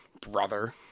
brother